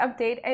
update